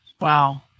Wow